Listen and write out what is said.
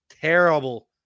Terrible